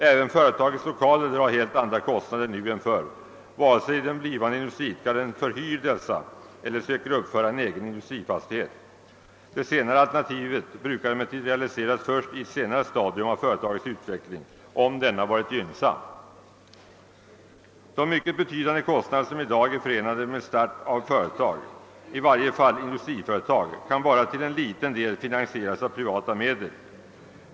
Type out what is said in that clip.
Även företagets lokaler drar helt andra kostnader nu än förr, antingen den blivande industriidkaren förhyr dessa eller söker uppföra en egen industrifastighet. Det senare alternativet brukar emellertid realiseras först i ett senare stadium av företagets utveckling, om denna varit gynnsam. De mycket betydande kostnader som i dag är förenade med start av företag, i varje fall industriföretag, kan bara till en liten del finansieras med privata medel.